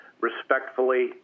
respectfully